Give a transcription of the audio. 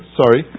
sorry